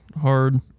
hard